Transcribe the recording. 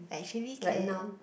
actually can